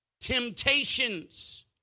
temptations